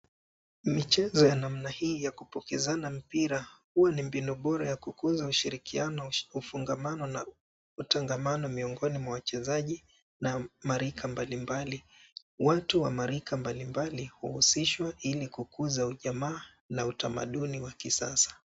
Michezo ya namna hii ya kupokezana mpira huwa ni mbinu bora ya kukuza ushirikiano, ufungamano na utangamano miongoni mwa wachezaji na marika mbalimbali. Watu wa marika mbalimbali huhusishwa ili kukuza ujamaa na utamaduni wa kisasa.